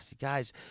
Guys